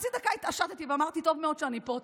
חצי דקה, התעשתי ואמרתי: טוב מאוד שאני פה.